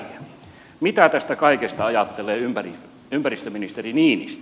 mitä tästä kaikesta ajattelee ympäristöministeri niinistö